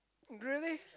really